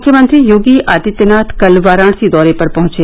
मुख्यमंत्री योगी आदित्यनाथ कल वाराणसी दौरे पर पहंचे